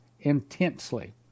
intensely